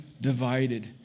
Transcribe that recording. divided